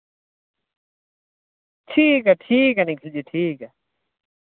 ठीक ऐ ठीक ऐ निखिल जी ठीक ऐ